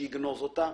שיגנוז אותה.